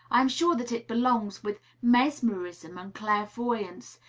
i am sure that it belongs, with mesmerism and clairvoyance,